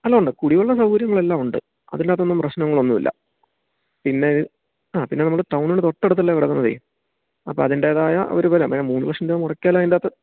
എല്ലാം ഉണ്ട് കുടിവെള്ള സൗകര്യങ്ങളെല്ലാം ഉണ്ട് അതിൻ്റകത്തൊന്നും പ്രശ്നങ്ങളൊന്നും ഇല്ല പിന്നെ ആ പിന്നെ നമ്മൾ ടൗണിൻ്റെ തൊട്ടടുത്തല്ലേ കിടക്കുന്നതെ അപ്പം അതിൻ്റെതായ ഒരു ഫലം മൂന്ന് ലക്ഷം രൂപ മുടക്കിയാലും അതിൻറകത്ത്